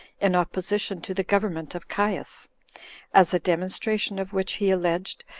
in opposition to the government of caius as a demonstration of which he alleged,